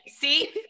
See